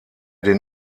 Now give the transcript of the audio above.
den